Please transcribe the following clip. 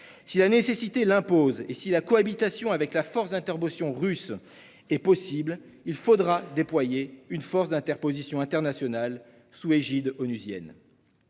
Si la nécessité l'impose et si la cohabitation avec la force d'interposition russe est possible, alors il faudra déployer une force de maintien de la paix internationale sous égide onusienne.